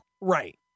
Right